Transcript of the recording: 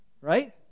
Right